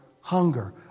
hunger